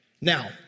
Now